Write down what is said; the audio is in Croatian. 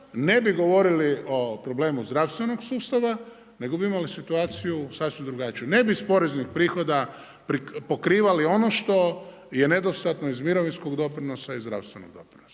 ne bi govorili o problemu zdravstvenog sustava nego bi imali situaciju sasvim drugačiju. Ne bi iz poreznih prihoda prikrivali ono što je nedostatno iz mirovinskog doprinosa i zdravstvenog doprinosa,